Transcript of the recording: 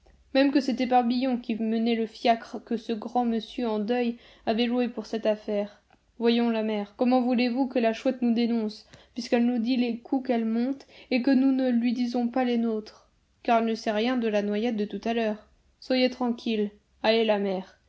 même que c'était barbillon qui menait le fiacre que ce grand monsieur en deuil avait loué pour cette affaire voyons la mère comment voulez-vous que la chouette nous dénonce puisqu'elle nous dit les coups qu'elle monte et que nous ne lui disons pas les nôtres car elle ne sait rien de la noyade de tout à l'heure soyez tranquille allez la mère